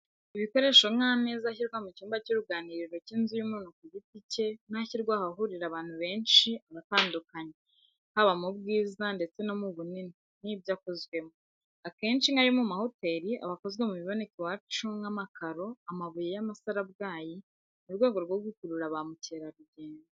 Ibikoresho nk'ameza ashyirwa mu cyumba cy'uruganiriro cy'inzu y'umuntu ku giti cye n'ashyirwa ahahurira abantu benshi aba atandukanye, haba mu bwiza ndetse no mu bunini n'ibyo akozwemo, akenshi nk'ayo mu mahoteli aba akozwe mu biboneka iwacu nk'amakoro, amabuye y'amasarabwayi, mu rwego rwo gukurura ba mukerarugendo.